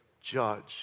judge